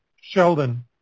Sheldon